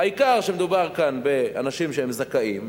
העיקר שמדובר כאן באנשים שהם זכאים.